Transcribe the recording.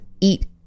eat